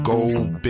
Gold